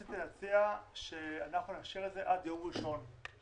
רציתי להציע שנאשר את זה עד יום ראשון הקרוב.